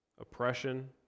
oppression